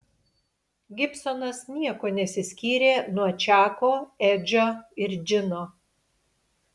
gibsonas niekuo nesiskyrė nuo čako edžio ir džino